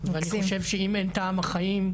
ואני חושב שאם אין טעם החיים,